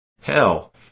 Hell